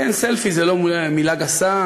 כן, סלפי זה לא מילה גסה.